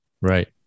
Right